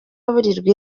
aburirwa